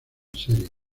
serie